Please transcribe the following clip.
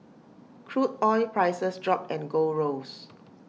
crude oil prices dropped and gold rose